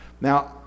Now